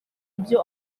ibyo